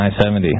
I-70